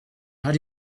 but